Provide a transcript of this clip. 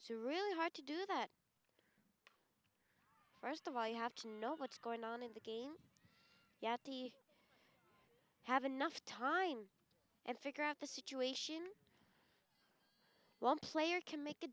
so really hard to do that first of all you have to know what's going on in the game yet the have enough time and figure out the situation well player can make